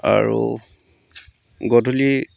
আৰু গধূলি